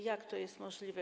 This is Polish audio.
Jak to jest możliwe?